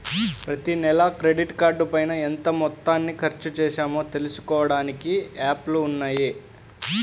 ప్రతినెలా క్రెడిట్ కార్డుపైన ఎంత మొత్తాన్ని ఖర్చుచేశామో తెలుసుకోడానికి యాప్లు ఉన్నయ్యి